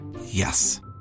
yes